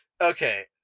Okay